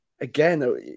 Again